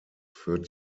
führt